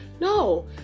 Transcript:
No